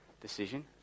decision